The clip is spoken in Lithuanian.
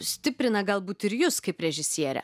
stiprina galbūt ir jus kaip režisierę